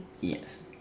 yes